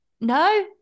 no